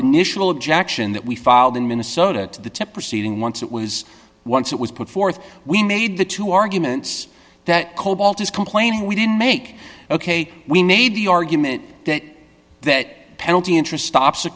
initial objection that we filed in minnesota to the to proceeding once it was once it was put forth we made the two arguments that cobalt is complaining we didn't make ok we made the argument that that penalty interest stops